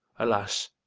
alas!